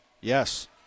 Yes